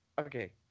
okay